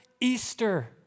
Easter